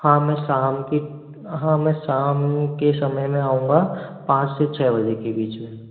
हाँ मैं शाम के हाँ मैं शाम के समय में आऊँगा पाँच से छ बजे के बीच में